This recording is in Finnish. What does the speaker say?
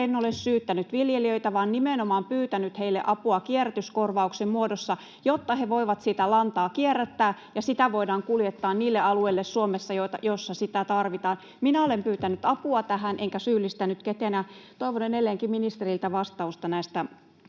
en ole syyttänyt viljelijöitä vaan nimenomaan pyytänyt heille apua kierrätyskorvauksen muodossa, jotta he voivat sitä lantaa kierrättää ja sitä voidaan kuljettaa niille alueille Suomessa, joilla sitä tarvitaan. Minä olen pyytänyt apua tähän enkä syyllistänyt ketään. Toivon edelleenkin ministeriltä vastausta näistä